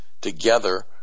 together